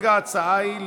התשע"ה,2014,